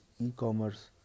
e-commerce